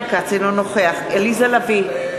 אינו נוכח עליזה לביא,